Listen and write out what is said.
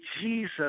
Jesus